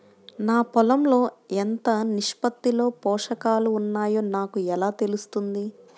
నా పొలం లో ఎంత నిష్పత్తిలో పోషకాలు వున్నాయో నాకు ఎలా తెలుస్తుంది?